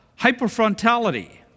hyperfrontality